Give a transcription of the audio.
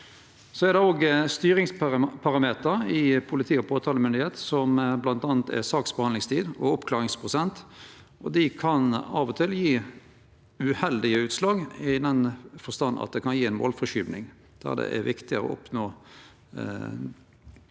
Det er òg styringsparameter i politi og påtalemakt, som bl.a. saksbehandlingstid og oppklaringsprosent. Desse kan av og til gje uheldige utslag i den forstand at det kan gje ei målforskyving der det er viktigare å oppnå